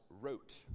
wrote